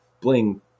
Bling